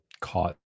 caught